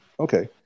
Okay